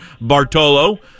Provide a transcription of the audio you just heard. bartolo